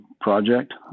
project